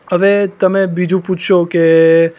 હવે તમે બીજું પૂછશો કે